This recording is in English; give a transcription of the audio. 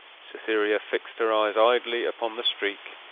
cytherea fixed her eyes idly upon the streak,